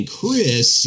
Chris